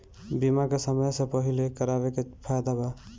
बीमा के समय से पहिले करावे मे फायदा बा